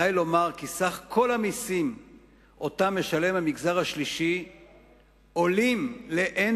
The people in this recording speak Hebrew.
די לומר כי סך כל המסים שהמגזר השלישי משלם עולים לאין